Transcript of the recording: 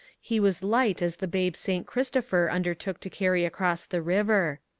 he was light as the babe st. christopher under took to carry across the river.